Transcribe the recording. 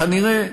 כנראה,